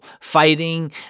fighting